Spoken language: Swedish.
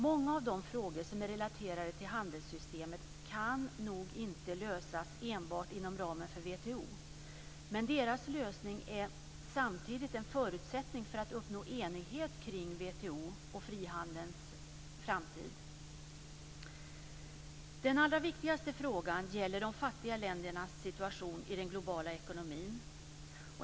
Många av de frågor som är relaterade till handelssystemet kan nog inte lösas enbart inom ramen för WTO, men deras lösning är samtidigt en förutsättning för att man ska uppnå enighet kring WTO och frihandelns framtid. Den allra viktigaste frågan gäller de fattiga ländernas situation i den globala ekonomin.